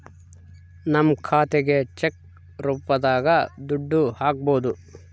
ನಮ್ ಖಾತೆಗೆ ಚೆಕ್ ರೂಪದಾಗ ದುಡ್ಡು ಹಕ್ಬೋದು